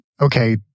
okay